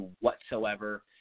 whatsoever